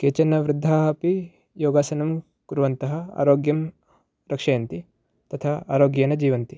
केचन वृद्धाः अपि योगासनं कुर्वन्तः आरोग्यं रक्षयन्ति तथा आरोग्येन जीवन्ति